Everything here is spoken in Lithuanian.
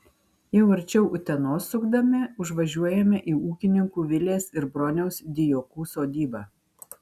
jau arčiau utenos sukdami užvažiuojame į ūkininkų vilės ir broniaus dijokų sodybą